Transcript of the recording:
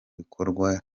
bikorwa